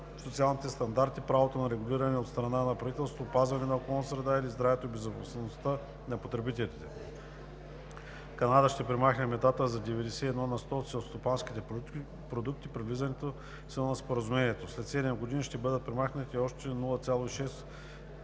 социалните стандарти, правото на регулиране от страна на правителството, опазването на околната среда или здравето и безопасността на потребителите. Канада ще премахне митата за 91 на сто от селскостопанските продукти при влизането в сила на Споразумението. След седем години ще бъдат премахнати още 0,6